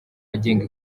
agenga